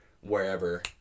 wherever